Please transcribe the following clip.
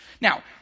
Now